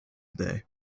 day